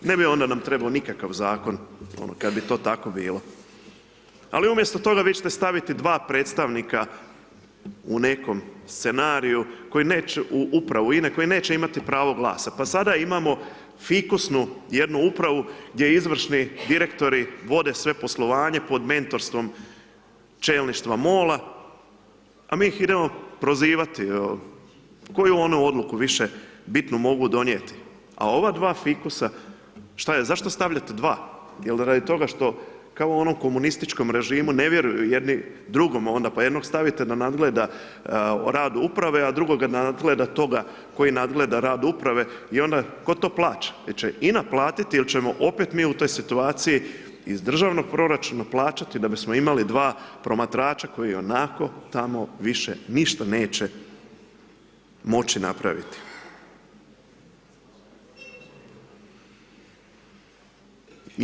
Ne bi onda nam trebao nikav zakon ono kad bi to tako bilo, ali umjesto toga vi ćete staviti dva predstavnika u nekom scenariju koji neće, u upravu INE, koji neće imati pravo glasa, pa sada imamo fikusnu jednu upravu gdje izvršni direktori vode sve poslovanje pod mentorstvom čelništva MOL-a, a mi ih idemo prozivati koju oni odluku više bitnu mogu donijeti, a ova dva fikusa, šta je zašto stavljate dva, jel radi toga kao u onom komunističkom režimu, ne vjeruju jedni drugom, pa jednog stavite da nadgleda rad uprave, a drugoga da nadgleda toga koji nadgleda rad uprave i onda tko to plaća, jel će INA platiti il ćemo opet mi u toj situaciji iz državnog proračuna plaćati da bismo imali dva promatrača koji ionako tamo više ništa neće moći napraviti.